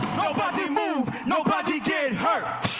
nobody move. nobody get hurt.